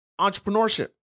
Entrepreneurship